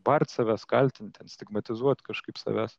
bart savęs kaltint ten stigmatizuot kažkaip savęs